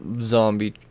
Zombie